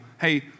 hey